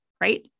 right